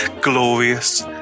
Glorious